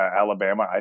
Alabama